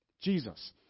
Jesus